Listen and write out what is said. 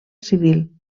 civil